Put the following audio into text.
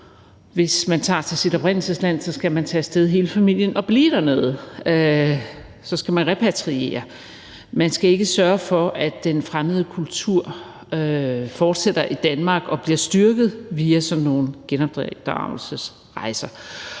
Hvis man tager til sit oprindelsesland, skal man tage af sted hele familien og blive dernede – så skal man repatriere. Man skal ikke sørge for, at den fremmede kultur fortsætter i Danmark og bliver styrket via sådan nogle genopdragelsesrejser.